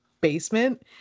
basement